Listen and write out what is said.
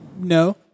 No